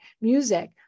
music